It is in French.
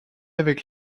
avec